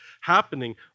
happening